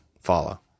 follow